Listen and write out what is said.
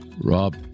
Rob